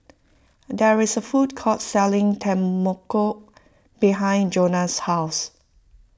there is a food court selling Tempoyak behind Jonah's house